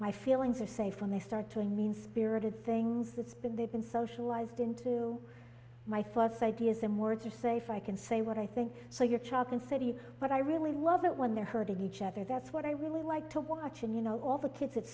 my feelings are safe and they start to a mean spirited things that's been they've been socialized into my thoughts ideas and words are safe i can say what i think so your child can say to you but i really love it when they're hurting each other that's what i really like to watch and you know all the kids at